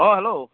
অঁ হেল্ল'